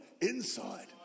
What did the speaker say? inside